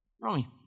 Romy